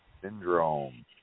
Syndrome